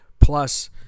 plus